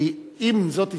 כי אם זאת הסתייגות,